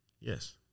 Yes